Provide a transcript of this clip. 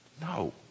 No